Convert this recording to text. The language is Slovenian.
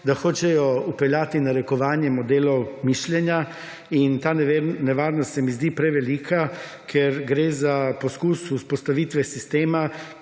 da hočejo vpeljati narekovanje modelov mišljenja. In ta nevarnost se mi zdi prevelika, ker gre za poskus vzpostavitve sistema,